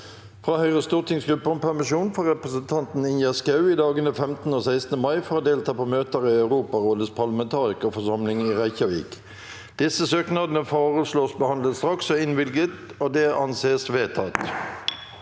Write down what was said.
fra Høyres stortingsgruppe om permisjon for representanten Ingjerd Schou i dagene 15. og 16. mai for å delta på møter i Europarådets parlamentarikerforsamling i Reykjavik Disse søknader foreslås behandlet straks og innvilget. – Det anses vedtatt.